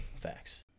facts